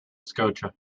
scotia